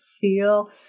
feel